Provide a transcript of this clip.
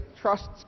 trusts